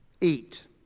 Eat